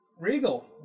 Regal